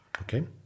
Okay